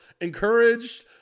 encouraged